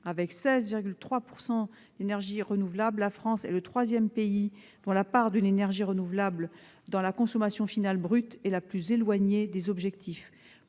Avec 16,3 % d'énergies renouvelables, la France est le troisième pays dont la part de l'énergie renouvelable dans la consommation finale brute est la plus éloignée des objectifs.